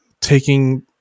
taking